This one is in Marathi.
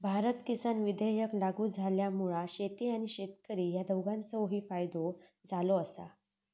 भारत किसान विधेयक लागू झाल्यामुळा शेती आणि शेतकरी ह्या दोघांचोही फायदो झालो आसा